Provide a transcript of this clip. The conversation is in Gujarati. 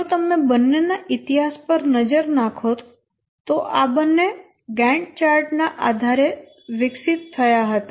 જો તમે બંને ના ઈતિહાસ પર નજર નાખો તો આ બંને ગેન્ટ ચાર્ટ ના આધારે વિકસિત થયા હતા